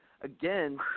Again